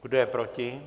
Kdo je proti?